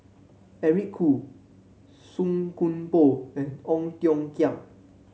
Eric Khoo Song Koon Poh and Ong Tiong Khiam